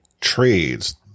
trades